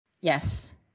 Yes